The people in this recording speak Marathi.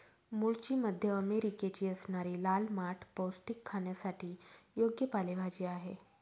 मूळची मध्य अमेरिकेची असणारी लाल माठ पौष्टिक, खाण्यासाठी योग्य पालेभाजी आहे